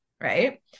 Right